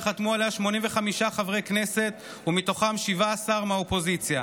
שחתמו עליה 85 חברי הכנסת ומתוכם 17 מהאופוזיציה,